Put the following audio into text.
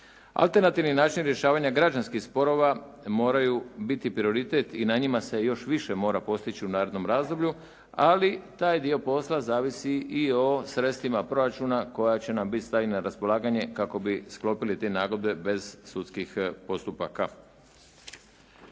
Alternativni način rješavanja građanskih sporova moraju biti prioritet i na njima se još više mora postići u narednom razdoblju ali taj dio posla zavisi i o sredstvima proračuna koja će nam biti stavljena na raspolaganje kako bi sklopili te nagodbe bez sudskih postupaka.